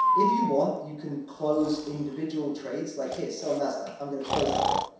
if you want, you can close individual trades, like here sell nasdaq i'm going to close that one.